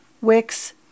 Wix